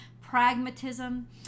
pragmatism